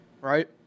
right